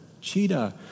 cheetah